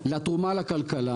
לתרומה לכלכלה,